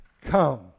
Come